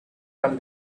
from